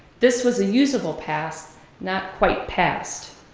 this was a usable past, not quite past.